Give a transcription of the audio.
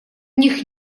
них